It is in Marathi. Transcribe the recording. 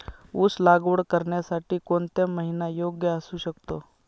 ऊस लागवड करण्यासाठी कोणता महिना योग्य असू शकतो?